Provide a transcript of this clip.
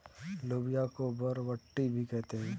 लोबिया को बरबट्टी भी कहते हैं